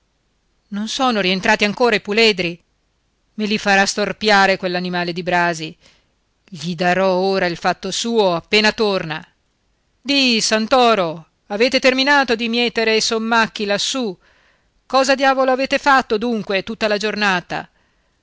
non sono rientrati ancora i puledri me li farà storpiare quell'animale di brasi gli darò ora il fatto suo appena torna di santoro avete terminato di mietere i sommacchi lassù cosa diavolo avete fatto dunque tutta la giornata